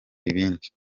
ibindi